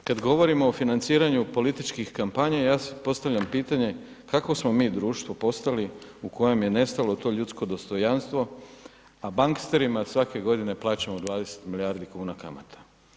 I sad, kad govorimo o financiranju političkih kampanja, ja si postavljam pitanje, kakvo smo mi društvo postali u kojem je nestalo to ljudsko dostojanstvo, a banksterima svake godine plaćamo 20 milijardi kuna kamata.